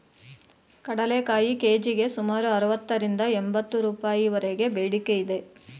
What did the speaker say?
ಕಡಲೆಕಾಯಿ ಕೆ.ಜಿಗೆ ಸುಮಾರು ಅರವತ್ತರಿಂದ ಎಂಬತ್ತು ರೂಪಾಯಿವರೆಗೆ ಬೇಡಿಕೆ ಇದೆ